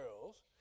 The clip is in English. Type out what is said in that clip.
girls